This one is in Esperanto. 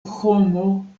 homo